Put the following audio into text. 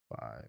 Five